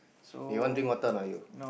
eh want drink water or not you